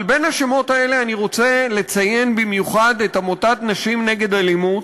אבל בין השמות האלה אני רוצה לציין במיוחד את עמותת "נשים נגד אלימות",